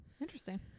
Interesting